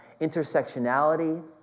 intersectionality